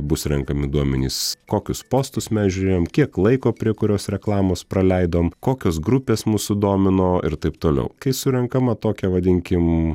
bus renkami duomenys kokius postus mes žiūrėjom kiek laiko prie kurios reklamos praleidom kokios grupės mus sudomino ir taip toliau kai surenkama tokia vadinkim